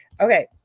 Okay